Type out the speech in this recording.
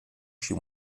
she